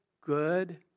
good